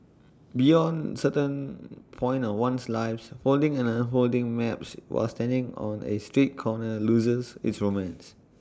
beyond A certain point in one's life folding and unfolding maps while standing on A street corners loses its romance